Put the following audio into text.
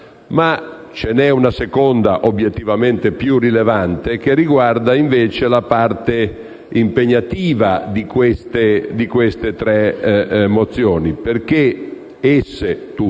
Ma ve ne è una seconda, obiettivamente più rilevante, che riguarda invece la parte impegnativa delle tre mozioni, perché tutte,